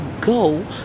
go